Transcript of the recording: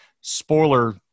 spoiler